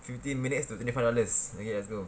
fifteen minutes to twenty five dollars okay let's ago